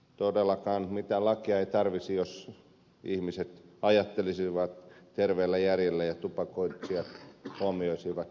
todellakaan mitään lakia ei tarvittaisi jos ihmiset ajattelisivat terveellä järjellä ja tupakoitsijat huomioisivat toiset ihmiset